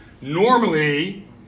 normally